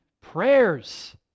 prayers